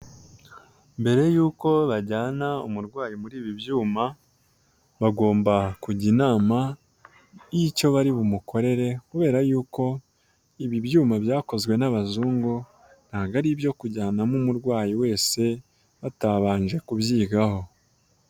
Mbere y'uko bajyana umurwayi muri ibi byuma, bagomba kujya inama y'icyo bari bumukorere kubera y'uko ibi byuma byakozwe n'abazungu, nta bwo ari ibyo kujyanamo umurwayi wese batabanje kubyigaho.